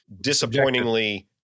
disappointingly